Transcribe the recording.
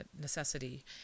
necessity